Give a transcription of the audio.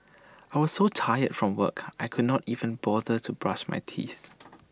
I was so tired from work I could not even bother to brush my teeth